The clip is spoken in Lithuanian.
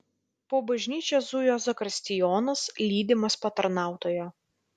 po bažnyčią zujo zakristijonas lydimas patarnautojo